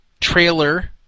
trailer